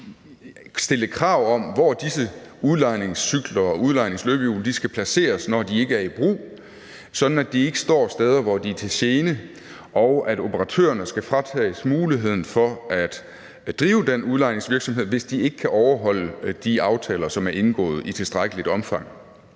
at stille krav om, hvor disse udlejningscykler og udlejningsløbehjul skal placeres, når de ikke er i brug, sådan at de ikke står steder, hvor de er til gene, og at operatørerne skal fratages muligheden for at drive den udlejningsvirksomhed, hvis de ikke kan overholde de aftaler, som er indgået, i tilstrækkeligt omfang.